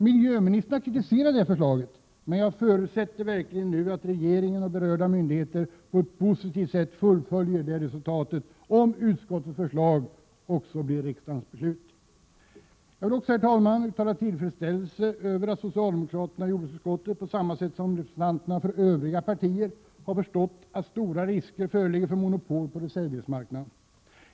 Miljöministern har kritiserat förslaget, men jag förutsätter verkligen att regeringen och berörda myndigheter på ett positivt sätt fullföljer resultatet, om utskottets förslag nu också blir riksdagens beslut. Jag vill också, herr talman, uttala tillfredsställelse över att socialdemokraterna i jordbruksutskottet på samma sätt som representanterna för övriga partier har förstått att stora risker föreligger för monopol på reservdelsmarknaden.